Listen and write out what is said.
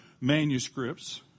manuscripts